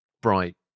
bright